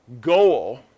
goal